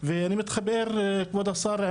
ואני מתחבר כבוד השר,